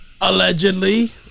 Allegedly